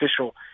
official